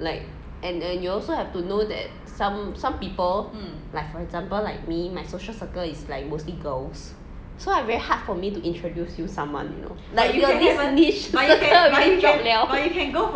like and and you also have to know that some some people like for example like me my social circle is like mostly girls so I very hard for me to introduce you someone you know like your this niche already the circle already drop